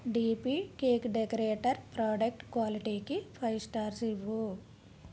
DP cake decorator product క్వాలిటీకి five stars ఇవ్వు